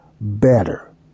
better